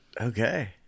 okay